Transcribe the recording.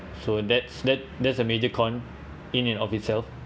so that's that that's a major con in and of itself